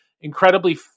incredibly